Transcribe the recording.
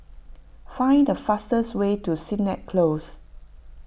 find the fastest way to Sennett Close